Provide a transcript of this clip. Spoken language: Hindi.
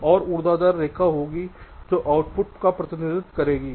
एक और ऊर्ध्वाधर रेखा होगी जो आउटपुट का प्रतिनिधित्व करेगी